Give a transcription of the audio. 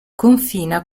confina